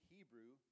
Hebrew